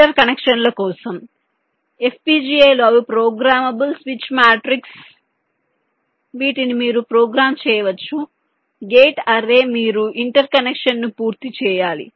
inter కనెక్షన్ల కోసం FPGA లు అవి ప్రోగ్రామబుల్ స్విచ్ మ్యాట్రిక్స్ వీటిని మీరు ప్రోగ్రామ్ చేయవచ్చు గేట్ అర్రే మీరు ఇంటర్ కనెక్షన్ను పూర్తి చేయాలి